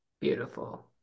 Beautiful